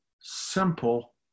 simple